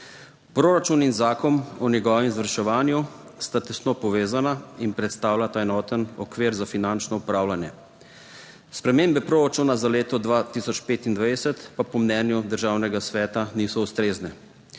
Proračun in zakon o njegovem izvrševanju sta tesno povezana in predstavljata enoten okvir za finančno upravljanje. Spremembe proračuna za leto 2025 pa po mnenju Državnega sveta niso ustrezne.